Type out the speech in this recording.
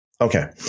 Okay